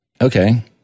Okay